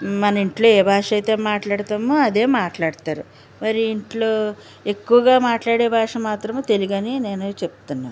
మన ఇంట్లో ఏ భాష అయితే మాట్లాడతామో అదే మాట్లాడుతారు వేరే ఇంట్లో ఎక్కువగా మాట్లాడే భాష మాత్రము తెలుగు అని నేను చెప్తున్నాను